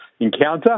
encounter